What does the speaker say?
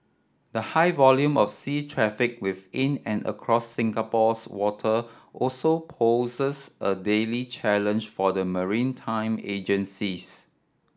the high volume of sea traffic within and across Singapore's water also poses a daily challenge for the maritime agencies